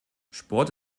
sport